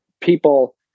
people